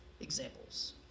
examples